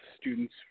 students